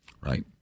right